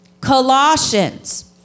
Colossians